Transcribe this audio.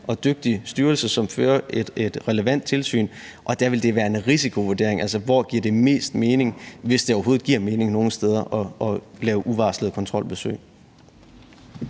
og dygtig styrelse, som fører et relevant tilsyn, og der vil det være en risikovurdering af, hvor det giver mest mening, hvis det overhovedet giver mening nogen steder at lave uvarslede kontrolbesøg.